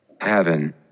heaven